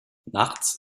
nachts